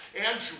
Andrew